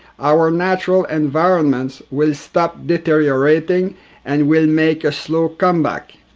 our natural environments will stop deteriorating and will make a slow comeback.